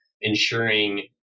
ensuring